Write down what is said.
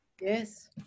Yes